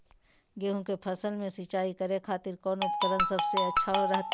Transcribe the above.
गेहूं के फसल में सिंचाई करे खातिर कौन उपकरण सबसे अच्छा रहतय?